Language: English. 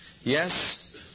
Yes